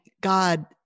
God